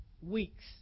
weeks